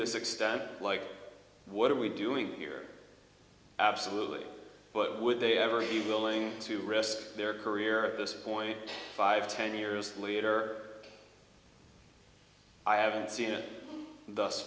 this extent like what are we doing here absolutely but would they every willing to risk their career at this point five ten years later i haven't seen it